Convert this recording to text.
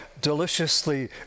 deliciously